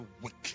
wicked